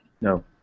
No